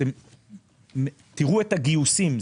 תראו את הגיוסים.